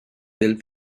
del